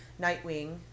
Nightwing